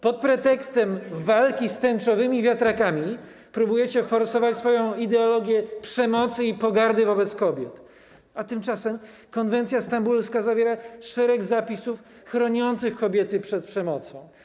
Pod pretekstem walki z tęczowymi wiatrakami próbujecie forsować swoją ideologię przemocy i pogardy wobec kobiet, a tymczasem konwencja stambulska zawiera szereg zapisów chroniących kobiety przed przemocą.